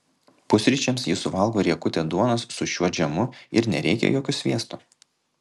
pusryčiams ji suvalgo riekutę duonos su šiuo džemu ir nereikia jokio sviesto